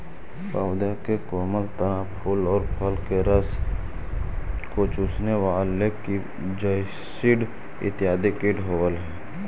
पौधों के कोमल तना, फूल और फल के रस को चूसने वाले की जैसिड इत्यादि कीट होवअ हई